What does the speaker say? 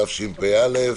התשפ"א 2020,